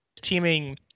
teaming